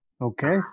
Okay